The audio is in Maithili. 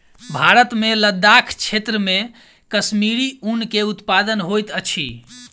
भारत मे लदाख क्षेत्र मे कश्मीरी ऊन के उत्पादन होइत अछि